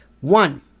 One